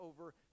over